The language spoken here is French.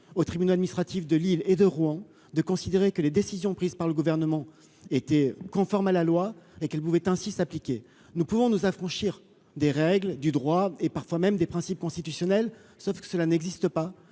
aux tribunaux administratifs de Lille et de Rouen, de considérer que les décisions prises par le gouvernement était conforme à la loi et qu'elle pouvait ainsi s'appliquer, nous pouvons nous affranchir des règles du droit et parfois même des principes constitutionnels, sauf que cela n'existe pas